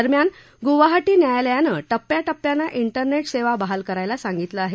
दरम्यान गुवाहाटी न्यायालयानं टप्प्याटप्यानं तिरनेटसेवा बहाल करायला सांगीतलं आहे